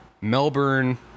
Melbourne